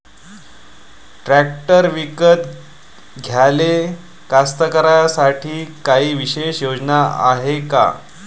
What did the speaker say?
Tractor विकत घ्याले कास्तकाराइसाठी कायी विशेष योजना हाय का?